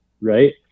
right